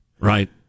Right